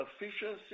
efficiency